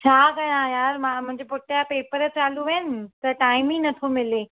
छा कयां यार मां मुंहिंजे पुट जा पेपर चालू आहिनि त टाइम ई नथो मिले